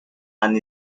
and